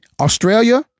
australia